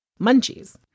munchies